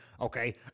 okay